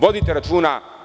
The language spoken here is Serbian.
Vodite računa.